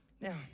Now